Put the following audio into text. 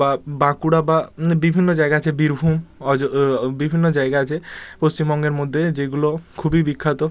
বা বাঁকুড়া বা বিভিন্ন জায়গায় আছে বীরভুম অজ বিভিন্ন জায়গা আছে পশ্চিমবঙ্গের মধ্যে যেগুলো খুবই বিখ্যাত